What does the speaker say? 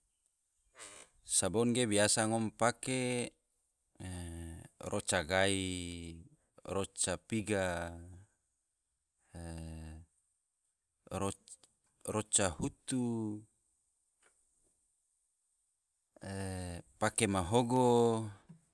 sabong ge biasa ngom pake roca gai, roca piga, roca hutu, pake mahogo.